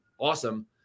awesome